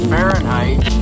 Fahrenheit